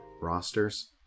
rosters